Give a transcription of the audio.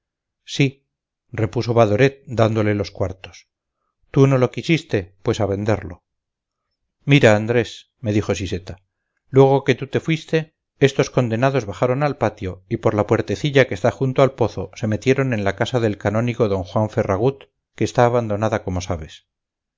sí repuso badoret dándole los cuartos tú no lo quisiste pues a venderlo mira andrés me dijo siseta luego que tú te fuiste estos condenados bajaron al patio y por la puertecilla que está junto al pozo se metieron en la casa del canónigo d juan ferragut que está abandonada como sabes